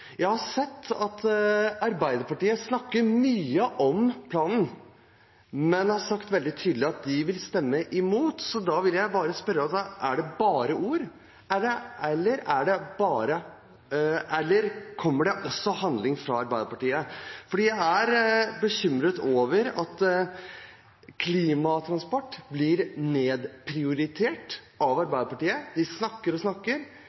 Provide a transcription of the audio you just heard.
Jeg har sett at Arbeiderpartiet snakker mye om planen, men de har sagt veldig tydelig at de vil stemme imot. Da vil jeg spørre: Er det bare ord, eller kommer det også handling fra Arbeiderpartiet? Jeg er bekymret for at klima og transport blir nedprioritert av Arbeiderpartiet – de snakker og snakker,